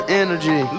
energy